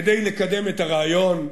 כדי לקדם את הרעיון,